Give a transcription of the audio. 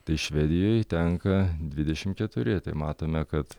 tai švedijoj tenka dvidešimt keturi tai matome kad